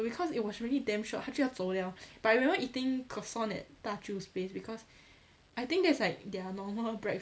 because it was really damn short 他就要走 liao but I remember eating croissant at 大舅 place I think that's like their normal breakfast